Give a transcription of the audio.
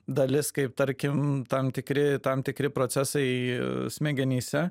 dalis kaip tarkim tam tikri tam tikri procesai smegenyse